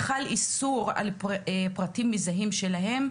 חל איסור על פרטים מזהים שלהם,